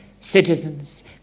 citizens